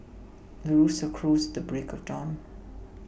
rooster crows the break of dawn